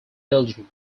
belgium